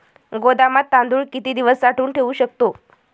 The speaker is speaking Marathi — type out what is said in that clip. गोदामात तांदूळ किती दिवस साठवून ठेवू शकतो?